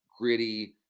gritty